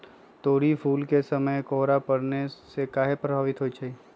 तोरी फुल के समय कोहर पड़ने से काहे पभवित होई छई?